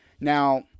Now